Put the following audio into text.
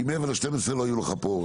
כי מעבר ל-12 לא יהיו לך פה.